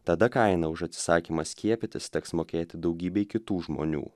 tada kaina už atsisakymą skiepytis teks mokėti daugybei kitų žmonių